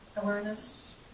Awareness